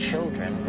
children